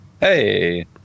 Hey